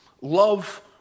Love